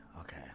okay